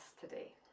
today